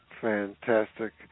Fantastic